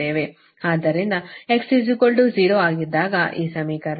ಆದ್ದರಿಂದ x 0 ಆಗಿದ್ದಾಗ ಈ ಸಮೀಕರಣ